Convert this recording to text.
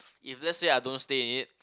if let's say I don't stay in it